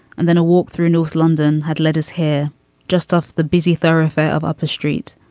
and then a walk through north london had led us here just off the busy thoroughfare of upper street.